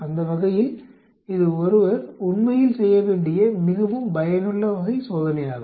அந்த வகையில் இது ஒருவர் உண்மையில் செய்ய வேண்டிய மிகவும் பயனுள்ள வகை சோதனையாகும்